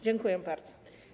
Dziękuję bardzo.